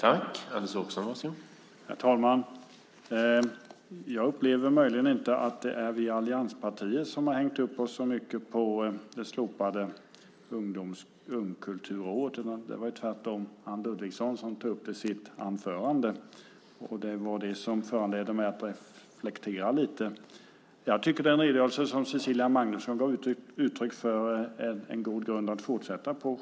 Herr talman! Jag upplever nog inte att det är vi i allianspartierna som hängt upp oss på det slopade ungkulturåret. Tvärtom var det Anne Ludvigsson som tog upp det i sitt anförande. Det var det som föranledde mig att lite grann reflektera över det. Den redogörelse som Cecilia Magnusson gav uttryck för är en god grund att fortsätta på.